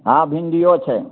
हाँ भिण्डियो छै